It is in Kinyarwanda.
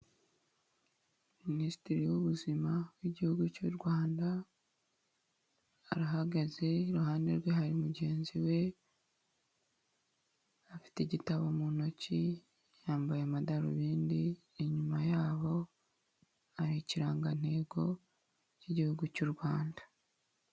Minisitiri w'ubuzima, w'igihugu cy'u Rwanda, arahagaze iruhande rwe hari mugenzi we, afite igitabo mu ntoki, yambaye amadarubindi, inyuma yabo hari ikirangantego, cy'igihugu cy'u Rwanda.